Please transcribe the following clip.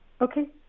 Okay